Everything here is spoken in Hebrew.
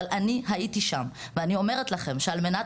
אבל אני הייתי שם ואני אומרת לכם שעל מנת